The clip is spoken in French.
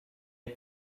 est